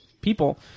people